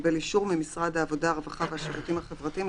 שקיבל אישור ממשרד העבודה הרווחה והשירותים החברתיים,